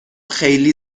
خیلی